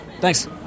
Thanks